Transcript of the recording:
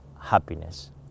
happiness